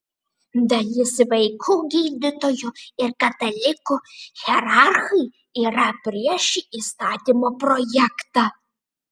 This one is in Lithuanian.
dalis vaikų gydytojų ir katalikų hierarchai yra prieš šį įstatymo projektą